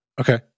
Okay